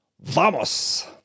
Vamos